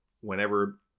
whenever